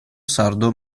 sardo